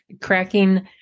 Cracking